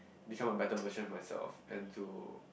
become a better machine in myself and to